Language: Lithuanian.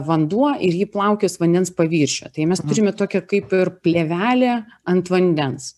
vanduo ir ji plaukios vandens paviršiuje tai mes turime tokią kaip ir plėvelę ant vandens